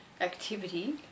activity